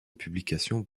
publications